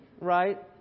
Right